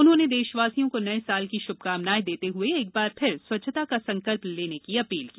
उन्होंने देशवासियों को नये साल की शुभकामनाएं देते हुए एक बार फिर स्वच्छता का संकल्प लेने की अपील की